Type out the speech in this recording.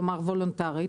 כלומר וולונטרית,